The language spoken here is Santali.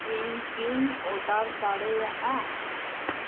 ᱤᱧ ᱠᱤᱧ ᱳᱰᱟᱨ ᱫᱟᱲᱮᱭᱟᱜᱼᱟ